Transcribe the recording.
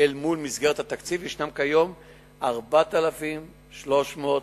אל מול מסגרת התקציב, יש כיום כ-4,300 מאבטחים,